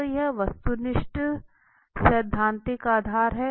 तो यह वस्तुनिष्ठ सैद्धांतिक आधार है